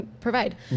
provide